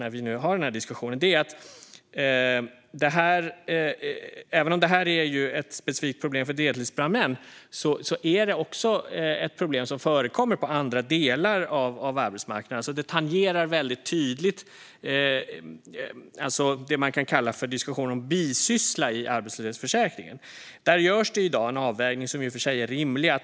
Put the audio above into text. Även om det här är ett specifikt problem för deltidsbrandmän är det också ett problem som förekommer i andra delar av arbetsmarknaden, så det tangerar väldigt tydligt det som kallas för bisyssla i arbetslöshetsförsäkringen. Där görs det i dag en avvägning som i och för sig är rimlig.